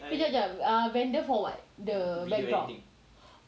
kejap kejap vendor for what the backdrop